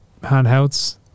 handhelds